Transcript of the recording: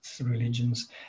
religions